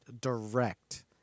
direct